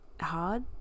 hard